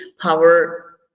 power